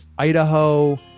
Idaho